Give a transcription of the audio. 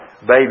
Baby